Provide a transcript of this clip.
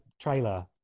trailer